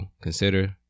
consider